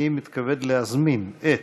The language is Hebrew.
אני מתכבד להזמין את